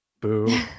Boo